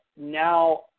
now